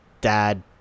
dad